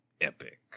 Epic